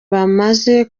bamaze